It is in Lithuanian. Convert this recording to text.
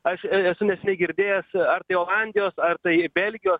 aš ir esu neseniai girdėjęs ar tai olandijos ar tai belgijos